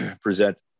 present